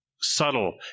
subtle